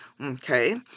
Okay